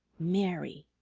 mary.